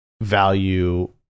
value